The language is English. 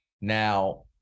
Now